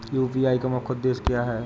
UPI का मुख्य उद्देश्य क्या है?